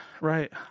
right